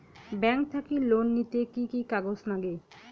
Bank থাকি loan নিতে কি কি কাগজ নাগে?